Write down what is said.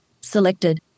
Selected